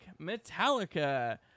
metallica